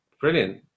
brilliant